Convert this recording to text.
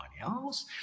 else